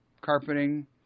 carpeting